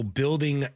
building